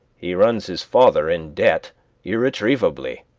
he runs his father in debt irretrievably.